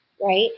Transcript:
right